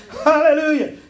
Hallelujah